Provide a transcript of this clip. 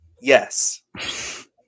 Yes